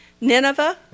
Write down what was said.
Nineveh